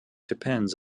depends